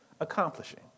accomplishing